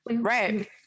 right